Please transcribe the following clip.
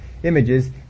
images